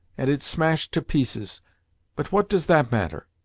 and it smashed to pieces but what does that matter?